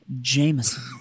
Jameson